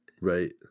Right